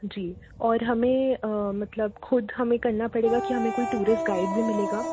जी और हमें मतलब ख़ुद हमें करना पड़ेगा कि हमें कोई टूरिस्ट गाइड भी मिलेगा